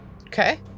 Okay